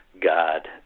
God